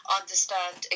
understand